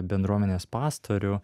bendruomenės pastorių